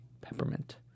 Peppermint